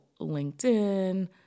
LinkedIn